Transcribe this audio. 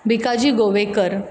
Bhikaji Govekar